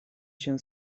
się